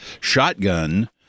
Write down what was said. shotgun